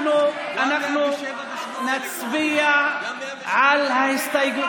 אנחנו נצביע על ההסתייגות,